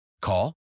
Call